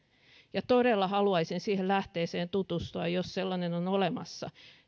todella haluaisin siihen lähteeseen tutustua jos sellainen on olemassa